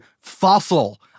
fossil